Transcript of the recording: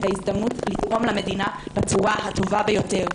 ההזדמנות לתרום למדינה בצורה הטובה ביותר,